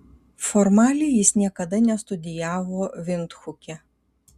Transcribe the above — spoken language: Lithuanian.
formaliai jis niekada nestudijavo vindhuke